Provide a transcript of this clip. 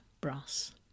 brass